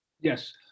Yes